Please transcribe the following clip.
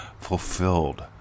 fulfilled